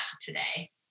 today